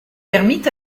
permit